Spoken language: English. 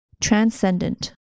Transcendent